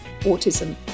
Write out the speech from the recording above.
autism